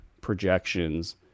projections